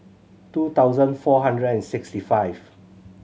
two thousand four hundred and sixty five